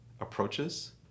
approaches